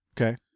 Okay